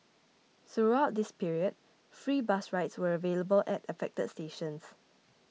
throughout this period free bus rides were available at affected stations